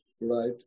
right